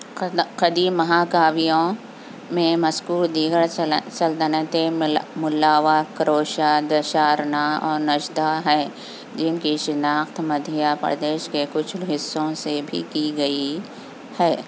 قدیم مہاکاویوں میں مذکور دیگر سلطنتیں ملا ملاوا کروشا دشارنا اور نشدھا ہیں جن کی شناخت مدھیہ پردیش کے کچھ حصوں سے بھی کی گئی ہے